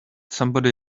somebody